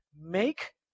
Make